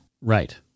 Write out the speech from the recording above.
Right